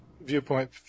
viewpoint